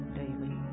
daily